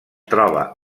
troba